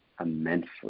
immensely